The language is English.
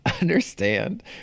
understand